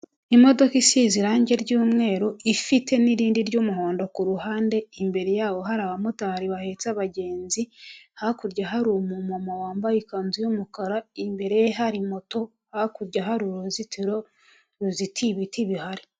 Imodoka isize irangi ry'umweru ifite n'irindi ry'umuhondo ku ruhande, imbere yabo hari abamotari bahetse abagenzi, hakurya hari umumama wambaye ikanzu y'umukara imbere ye hari moto, hakurya hari uruzitiro ruzitiye ibiti bihari.